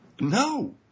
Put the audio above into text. No